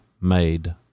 made